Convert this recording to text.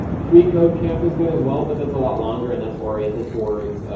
freecodecamp is good as well, but that's a lot longer, and that's oriented towards